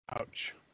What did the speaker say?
Ouch